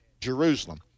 Jerusalem